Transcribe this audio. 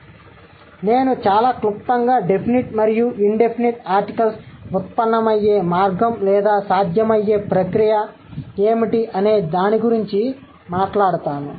కాబట్టి నేను చాలా క్లుప్తంగా డెఫినిట్ మరియు ఇన్ డెఫినిట్ ఆర్టికల్స్ ఉత్పన్నమయ్యే మార్గం లేదా సాధ్యమయ్యే ప్రక్రియ ఏమిటి అనే దాని గురించి మాట్లాడుతాను